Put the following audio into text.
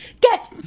Get